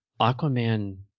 Aquaman